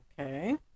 Okay